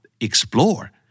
Explore